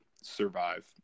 survive